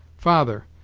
father!